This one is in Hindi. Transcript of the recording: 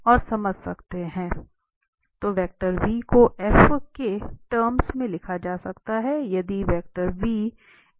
तो को f के टर्म्स में लिखा जा सकता है यदि हो